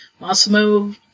Massimo